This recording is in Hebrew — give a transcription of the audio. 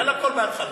על הכול, מההתחלה.